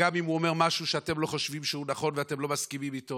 גם אם הוא אומר משהו שאתם לא חושבים שהוא נכון ואתם לא מסכימים איתו,